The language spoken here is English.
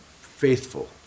faithful